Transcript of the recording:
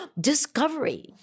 discovery